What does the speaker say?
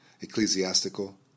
ecclesiastical